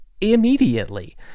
immediately